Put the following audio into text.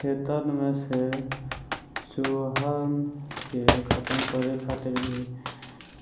खेतन में से चूहन के खतम करे खातिर भी